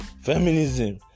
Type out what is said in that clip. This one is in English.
feminism